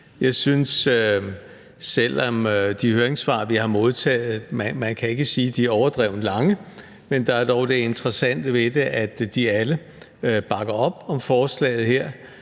kan sige, at de høringssvar, vi har modtaget, er overdrevet lange, dog er det interessante ved det, at de alle bakker op om forslaget her.